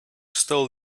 stole